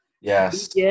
Yes